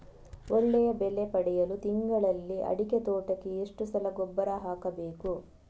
ಒಳ್ಳೆಯ ಬೆಲೆ ಪಡೆಯಲು ತಿಂಗಳಲ್ಲಿ ಅಡಿಕೆ ತೋಟಕ್ಕೆ ಎಷ್ಟು ಸಲ ಗೊಬ್ಬರ ಹಾಕಬೇಕು?